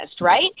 right